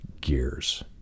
gears